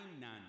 none